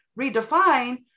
redefine